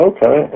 Okay